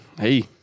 hey